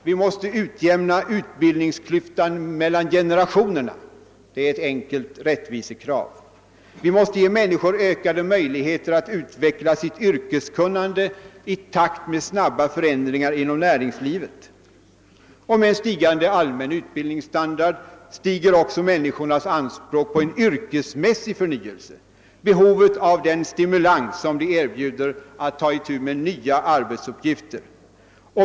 Vi måste utjämna utbildningsklyftan mellan generationerna — det är ett enkelt rättvisekrav. Vi måste ge människor ökade möjligheter att utveckla sitt yrkeskunnande i takt med de snabba förändringarna inom näringslivet. Med en stigande allmän utbildningsstandard stiger också människornas anspråk på en yrkesmässig förnyelse, d. v. s. deras behov av den stimulans som det är att ta itu med nya arbetsuppgifter.